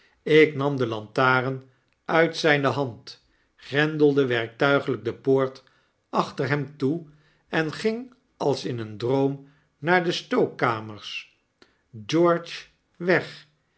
ik nam de lantaren uit zijne hand grendelde werktuiglyk de poort achter hem toe en ging als in een droom naar destookkamers george weg